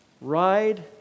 Ride